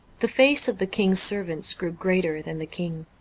the face of the king's servants grew greater than the king.